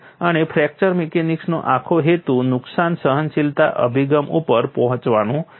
અને ફ્રેક્ચર મિકેનિક્સનો આખો હેતુ નુકસાન સહનશીલતા અભિગમ ઉપર પહોંચવાનો છે